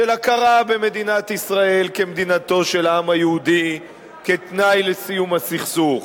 של הכרה במדינת ישראל כמדינתו של העם היהודי כתנאי לסיום הסכסוך,